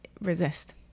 resist